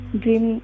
dream